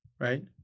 Right